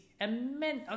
immense